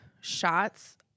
shots